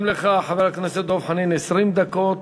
גם לך, חבר הכנסת דב חנין, 20 דקות.